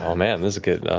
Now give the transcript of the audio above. oh, man, this is good.